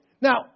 now